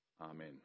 Amen